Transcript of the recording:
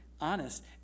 honest